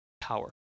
power